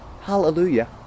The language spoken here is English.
Hallelujah